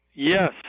Yes